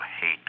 hate